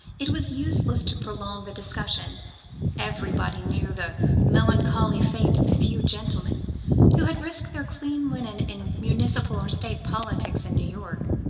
it was useless to prolong the discussion everybody knew the melancholy fate of the few gentlemen who had risked their clean linen in municipal or state politics in new york.